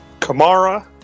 Kamara